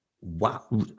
Wow